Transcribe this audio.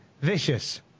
vicious